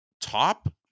top